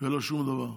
ולא שום דבר,